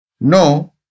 No